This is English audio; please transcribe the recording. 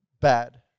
Bad